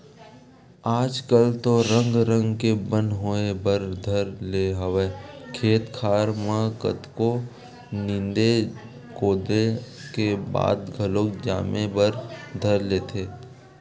आजकल तो रंग रंग के बन होय बर धर ले हवय खेत खार म कतको नींदे कोड़े के बाद घलोक जामे बर धर लेथे